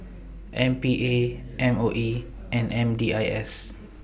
M P A M O E and M D I S